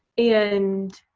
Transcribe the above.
and